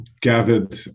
gathered